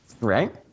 right